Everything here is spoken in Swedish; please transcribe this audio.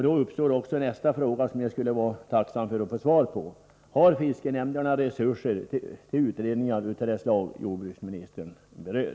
Då uppstår nästa fråga, som jag skulle vara tacksam att få svar på: Har fiskenämnderna resurser till utredningar av det slag jordbruksministern berör?